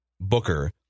Booker